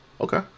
okay